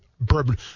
Bourbon